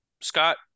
Scott